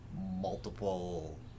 multiple